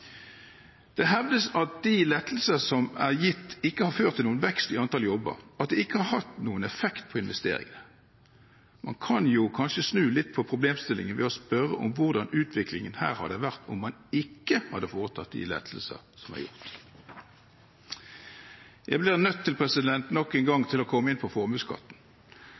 Det hevdes at de lettelsene som er gitt, ikke har ført til noen vekst i antall jobber, og at det ikke har hatt noen effekt på investeringene. Man kan kanskje snu litt på problemstillingen og spørre hvordan utviklingen her hadde vært om man ikke hadde foretatt de lettelsene. Jeg blir nok en gang nødt til å komme inn på formuesskatten.